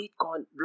Bitcoin